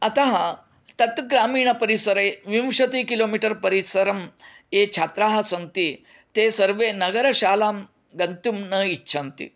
अतः तत् ग्रामीणपरिसरे विंशति किलो मीटर् परिसरं ये छात्राः सन्ति ते सर्वे नगरशालां गन्तुं न इच्छन्ति